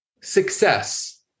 success